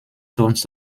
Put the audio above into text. tones